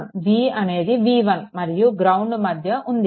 v అనేది v1 మరియు ground మధ్య ఉంది